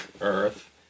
earth